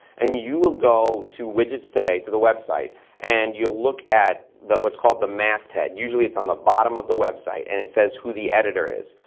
and you will go to widgets today, to the website and you'll look at what's called the mast head. usually it's on the bottom of the website and it says who the editor is.